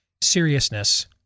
seriousness